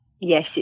Yes